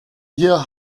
hier